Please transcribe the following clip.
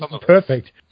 perfect